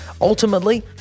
ultimately